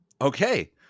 Okay